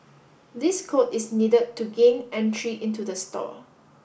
this code is needed to gain entry into the store